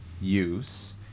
use